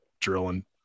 drilling